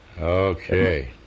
Okay